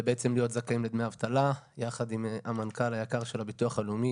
ובעצם להיות זכאים לדמי אבטלה יחד עם המנכ"ל היקר של הביטוח הלאומי,